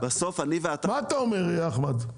מה אתה אומר, אחמד?